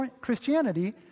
Christianity